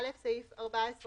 (א) סעיף 14(ב)".